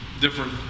different